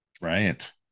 right